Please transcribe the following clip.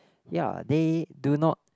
ya they do not